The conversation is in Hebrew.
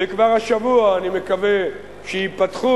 וכבר השבוע אני מקווה שייפתחו,